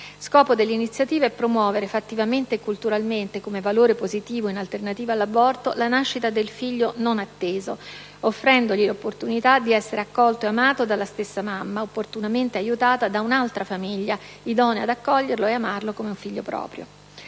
Scopo dell'iniziativa è promuovere fattivamente e culturalmente, come valore positivo in alternativa all'aborto, la nascita del figlio non atteso, offrendogli l'opportunità di essere accolto e amato dalla stessa mamma, opportunamente aiutata da un'altra famiglia idonea ad accoglierlo e amarlo come un figlio proprio.